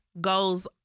goes